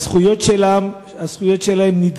הזכויות שלהם נדרסות